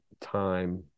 time